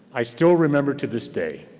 i still remember to this day